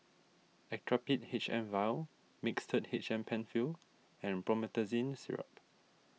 Actrapid H M Vial Mixtard H M Penfill and Promethazine Syrup